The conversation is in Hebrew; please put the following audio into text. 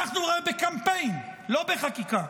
אנחנו בקמפיין, לא בחקיקה.